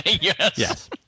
Yes